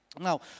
Now